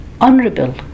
honorable